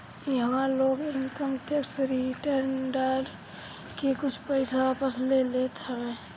इहवा लोग income tax return डाल के कुछ पईसा वापस ले लेत हवे